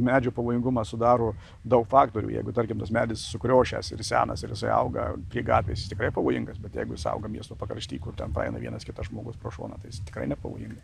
medžio pavojingumą sudaro daug faktorių jeigu tarkim tas medis sukriošęs ir senas ir jisai auga gatvėje jis tikrai pavojingas bet jeigu jis auga miesto pakrašty kur ten praeina vienas kitas žmogus pro šoną tai jis tikrai nepavojinga